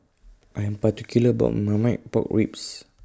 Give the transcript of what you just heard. I'm particular about My Marmite Pork Ribs